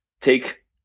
take